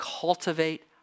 cultivate